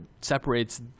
separates